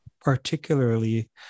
particularly